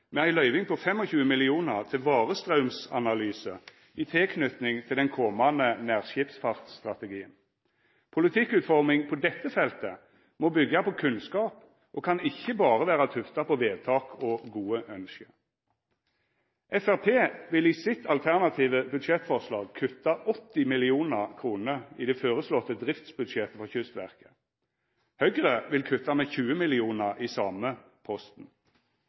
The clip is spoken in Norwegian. med ei løyving på 25 mill. kr til varestraumsanalyse i tilknyting til den komande nærskipsfartsstrategien. Politikkutforming på dette feltet må byggja på kunnskap og kan ikkje berre vera tufta på vedtak og gode ynske. Framstegspartiet vil i sitt alternative budsjettforslag kutta 80 mill. kr i det føreslåtte driftsbudsjettet for Kystverket. Høgre vil kutta med 20 mill. kr i den same posten.